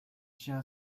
tient